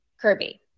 Kirby